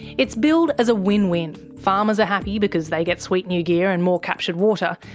it's billed as a win-win farmers are happy because they get sweet new gear and more captured water,